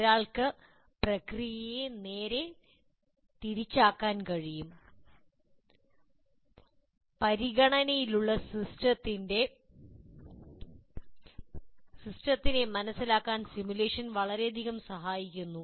ഒരാൾക്ക് പ്രക്രിയയെ നേരെ തിരിച്ചാക്കാ൯ കഴിയും പരിഗണനയിലുള്ള സിസ്റ്റത്തിനെ മനസ്സിലാക്കാൻ സിമുലേഷൻ വളരെയധികം സഹായിക്കുന്നു